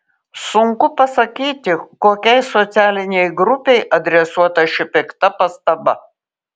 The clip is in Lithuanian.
sunku pasakyti kokiai socialinei grupei adresuota ši pikta pastaba